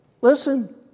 Listen